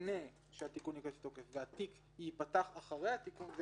לפני שהתיקון ייכנס לתוקף והתיק ייפתח אחרי התיקון,